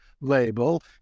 label